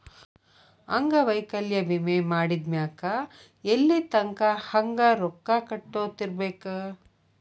ಅಂಗವೈಕಲ್ಯ ವಿಮೆ ಮಾಡಿದ್ಮ್ಯಾಕ್ ಎಲ್ಲಿತಂಕಾ ಹಂಗ ರೊಕ್ಕಾ ಕಟ್ಕೊತಿರ್ಬೇಕ್?